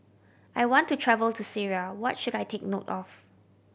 I want to travel to Syria what should I take note of